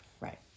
Right